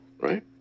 right